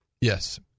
yes